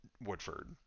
Woodford